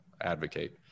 advocate